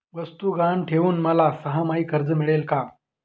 वस्तू गहाण ठेवून मला सहामाही कर्ज मिळेल का?